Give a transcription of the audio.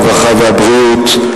הרווחה והבריאות,